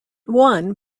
won